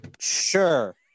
sure